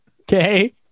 Okay